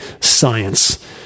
science